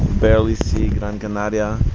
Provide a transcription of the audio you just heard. barely see gran canaria